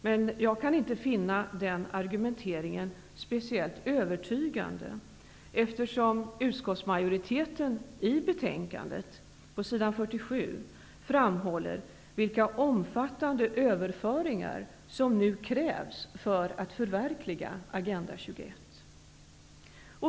Men jag kan inte finna den argumenteringen speciellt övertygande, eftersom utskottsmajoriteten på s. 47 i betänkandet framhåller vilka omfattande överföringar som nu krävs för att förverkliga Agenda 21.